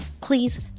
Please